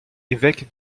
évêque